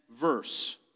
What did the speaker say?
verse